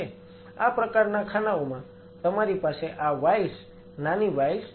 આ પ્રકારના ખાનાઓમાં તમારી પાસે આ વાઈલ્સ નાની વાઈલ્સ છે